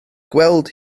gweld